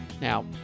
Now